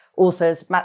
Authors